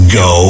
go